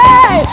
Hey